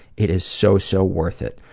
it is so, so worth it.